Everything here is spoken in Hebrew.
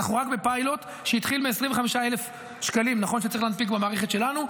אנחנו רק בפיילוט שהתחיל מ-25,000 שקלים שצריך להנפיק במערכת שלנו,